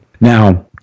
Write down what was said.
Now